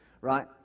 right